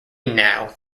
now